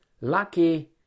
lucky